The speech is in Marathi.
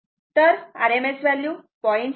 तर RMS व्हॅल्यू 0